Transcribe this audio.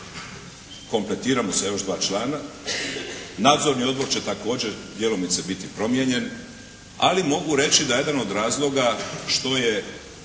kompletiramo sa još dva člana. Nadzorni odbor će također djelomice biti promijenjen, ali mogu reći da je jedan od razloga što je